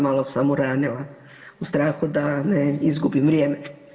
Malo sam uranila u strahu da ne izgubim vrijeme.